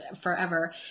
forever